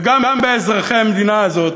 וגם באזרחי המדינה הזאת,